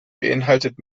beinhaltet